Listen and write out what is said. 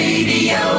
Radio